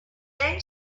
then